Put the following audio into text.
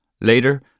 Later